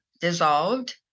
dissolved